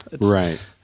Right